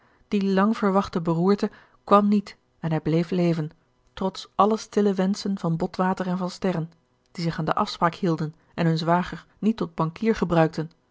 die lang verwachte beroerte kwam niet en hij bleef leven trots alle stille wensclien van botwater en van sterren die zich aan de atspraak hielden en hun zwager niet tot bankier gebruikten